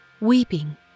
weeping